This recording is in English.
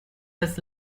his